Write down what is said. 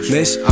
Miss